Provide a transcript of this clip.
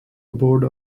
abode